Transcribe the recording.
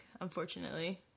unfortunately